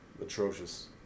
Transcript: atrocious